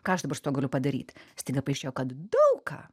ką aš dabar su tuo galiu padaryt staiga paaiškėjo kad daug ką